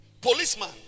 Policeman